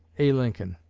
a. lincoln.